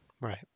Right